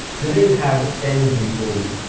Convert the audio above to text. do they have energy for you?